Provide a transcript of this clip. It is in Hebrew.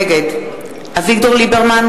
נגד אביגדור ליברמן,